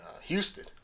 Houston